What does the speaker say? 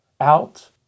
out